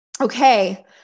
Okay